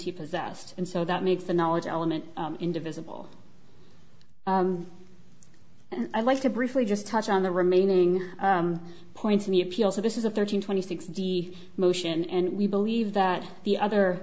he possessed and so that makes the knowledge element in divisible i'd like to briefly just touch on the remaining points of the appeal so this is a thirteen twenty six d motion and we believe that the other